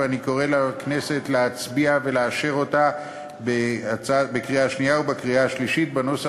ואני קורא לכנסת להצביע ולאשר אותה בקריאה השנייה ובקריאה השלישית בנוסח